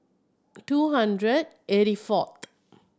two hundred eighty fourth